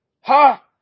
ha